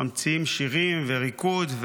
ממציאים שירים וריקוד,